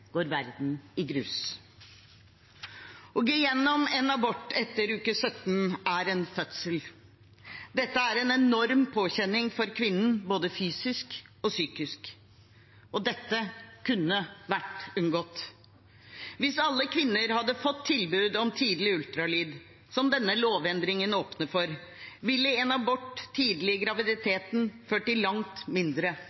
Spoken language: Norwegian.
går verden i grus. Å gå gjennom en abort etter uke 17 er en fødsel. Dette er en enorm påkjenning for kvinnen både fysisk og psykisk. Og dette kunne vært unngått. Hvis alle kvinner hadde fått tilbud om tidlig ultralyd, som denne lovendringen åpner for, ville en abort tidlig